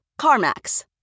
CarMax